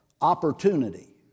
opportunity